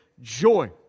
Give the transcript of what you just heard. joy